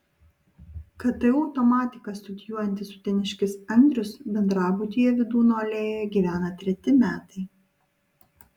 ktu automatiką studijuojantis uteniškis andrius bendrabutyje vydūno alėjoje gyvena treti metai